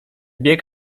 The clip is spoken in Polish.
bieg